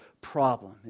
problem